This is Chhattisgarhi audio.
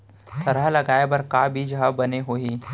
थरहा लगाए बर का बीज हा बने होही?